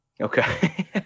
Okay